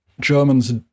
Germans